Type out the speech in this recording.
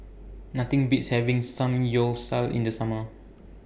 Nothing Beats having Samgyeopsal in The Summer